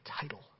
title